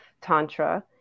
tantra